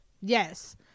Yes